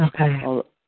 Okay